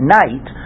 night